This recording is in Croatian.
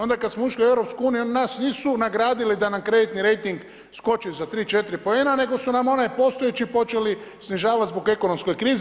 Onda kad smo ušli u EU oni nas nisu nagradili da nam kreditni rejting skoči za tri, četiri poena nego su nam onaj postojeći počeli snižavati zbog ekonomske krize.